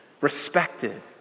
respected